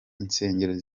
insengero